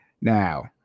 Now